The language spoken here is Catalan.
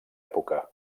època